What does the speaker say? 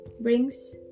brings